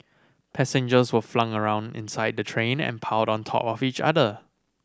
passengers were flung around inside the train and piled on top of each other